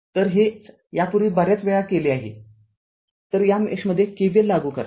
तरहेच यापूर्वी बर्याच वेळा केले आहे तर या मेषमध्ये K V L लागू करा